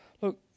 look